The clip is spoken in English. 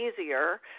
easier